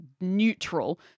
neutral